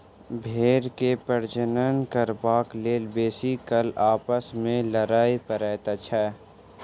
भेंड़ के प्रजनन करबाक लेल बेसी काल आपस मे लड़य पड़ैत छै